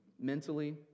mentally